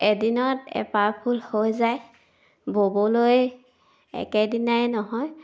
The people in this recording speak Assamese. এদিনত এপাহ ফুল হৈ যায় ব'বলৈ একেদিনাই নহয়